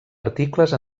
articles